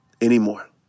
anymore